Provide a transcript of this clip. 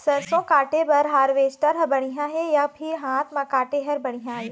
सरसों काटे बर हारवेस्टर बढ़िया हे या फिर हाथ म काटे हर बढ़िया ये?